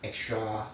extra